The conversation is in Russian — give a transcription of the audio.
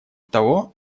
того